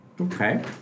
Okay